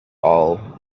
all